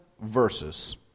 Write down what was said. verses